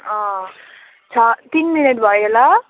अँ छ तिन मिनट भयो ल